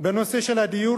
בנושאי הדיור,